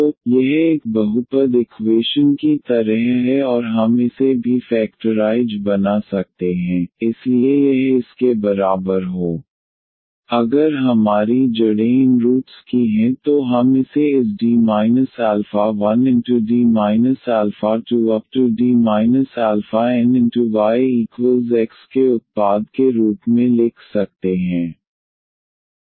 तो यह एक बहुपद इकवेशन की तरह है और हम इसे भी फैक्टराइज बना सकते हैं इसलिए यह इसके बराबर हो ⟹D 1D 2⋯yX अगर हमारी जड़ें इन रूटस की हैं तो हम इसे इस D 1D 2⋯yX के उत्पाद के रूप में लिख सकते हैं